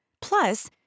Plus